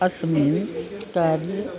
अस्मिन् काले